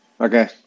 Okay